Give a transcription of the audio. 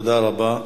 תודה רבה.